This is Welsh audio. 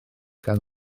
gan